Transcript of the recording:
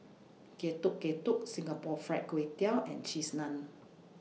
Getuk Getuk Singapore Fried Kway Tiao and Cheese Naan